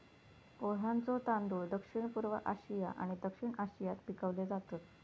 पोह्यांचे तांदूळ दक्षिणपूर्व आशिया आणि दक्षिण आशियात पिकवले जातत